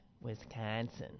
Wisconsin